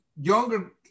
younger